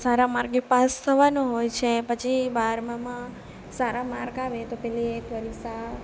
સારા માર્કે પાસ થવાનું હોય છે પછી બારમામાં સારા માર્ક આવે તો પેલી એ પરીક્ષા